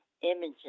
images